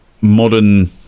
Modern